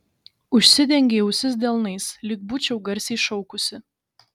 užsidengei ausis delnais lyg būčiau garsiai šaukusi